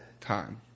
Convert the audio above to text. time